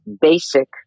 basic